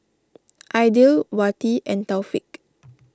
Aidil Wati and Taufik